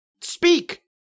speak